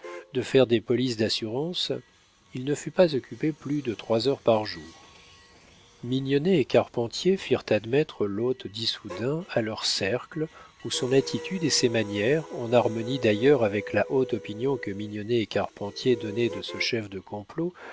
de faire des polices d'assurance il ne fut pas occupé plus de trois heures par jour mignonnet et carpentier firent admettre l'hôte d'issoudun à leur cercle où son attitude et ses manières en harmonie d'ailleurs avec la haute opinion que mignonnet et carpentier donnaient de ce chef de complot